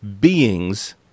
beings